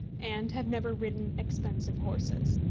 and have never ridden expensive horses.